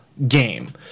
game